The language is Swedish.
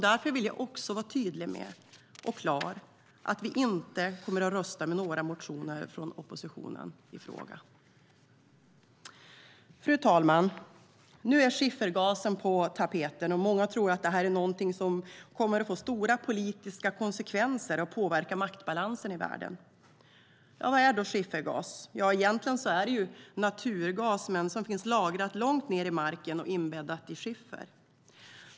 Därför vill jag vara tydlig med att vi inte kommer att rösta för några motioner som oppositionen har väckt i den här frågan. Fru talman! Nu är skiffergasen på tapeten, och många tror att den kommer att innebära stora politiska konsekvenser och påverka maktbalansen i världen. Vad är skiffergas? Ja, egentligen är det naturgas som är lagrad långt ned i marken och inbäddad i skiffer.